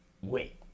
Wait